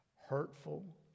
Hurtful